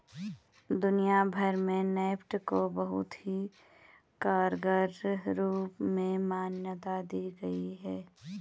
दुनिया भर में नेफ्ट को बहुत ही कारगर रूप में मान्यता दी गयी है